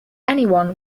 anyone